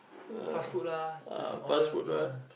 fast food lah just order in ah